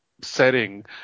setting